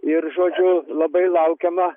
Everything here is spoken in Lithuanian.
ir žodžiu labai laukiama